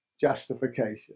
justification